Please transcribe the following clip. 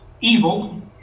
evil